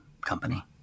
company